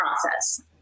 process